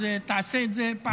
אז תעשה את זה פעם אחת.